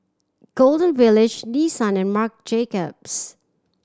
Golden Village Nissan and Marc Jacobs